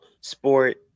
sport